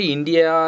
India